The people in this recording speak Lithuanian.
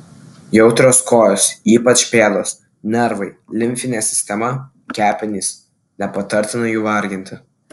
jautrios kojos ypač pėdos nervai limfinė sistema kepenys nepatartina jų varginti